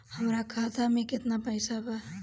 हमरा खाता में केतना पइसा बा?